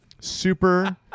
Super